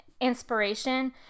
inspiration